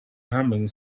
humming